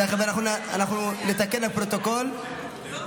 תכף אנחנו נתקן בפרוטוקול.